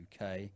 UK